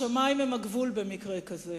השמים הם הגבול במקרה כזה.